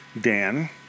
Dan